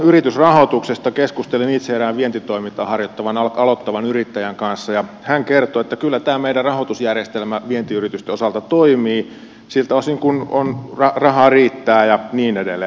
keskustelin itse erään vientitoimintaa harjoittavan aloittavan yrittäjän kanssa ja hän kertoi että kyllä tämä meidän rahoitusjärjestelmämme vientiyritysten osalta toimii siltä osin kun rahaa riittää ja niin edelleen